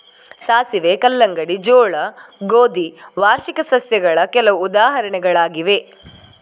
ಸಾಸಿವೆ, ಕಲ್ಲಂಗಡಿ, ಜೋಳ, ಗೋಧಿ ವಾರ್ಷಿಕ ಸಸ್ಯಗಳ ಕೆಲವು ಉದಾಹರಣೆಗಳಾಗಿವೆ